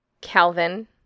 Calvin